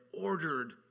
ordered